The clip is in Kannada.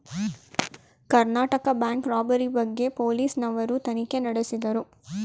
ಕರ್ನಾಟಕ ಬ್ಯಾಂಕ್ ರಾಬರಿ ಬಗ್ಗೆ ಪೊಲೀಸ್ ನವರು ತನಿಖೆ ನಡೆಸಿದರು